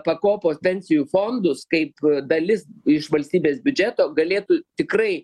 pakopos pensijų fondus kaip dalis iš valstybės biudžeto galėtų tikrai